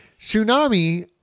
Tsunami